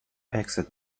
exit